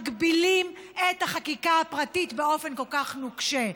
מגבילים את החקיקה הפרטית באופן כל כך נוקשה.